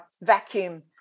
vacuum